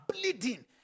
bleeding